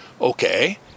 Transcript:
Okay